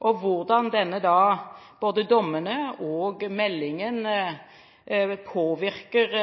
Hvordan da både dommene og meldingen påvirker